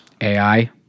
AI